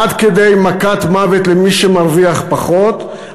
עד כדי מכת מוות למי שמרוויח פחות,